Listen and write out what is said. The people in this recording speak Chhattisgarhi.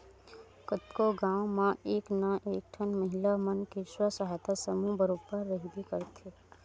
कतको गाँव म एक ना एक ठन महिला मन के स्व सहायता समूह बरोबर रहिबे करथे